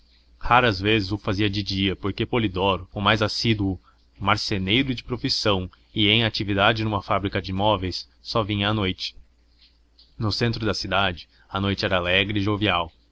raras vezes o fazia de dia porque polidoro o mais assíduo marceneiro de profissão e em atividade numa fábrica de móveis só vinha à noite no centro da cidade a noite era alegre e jovial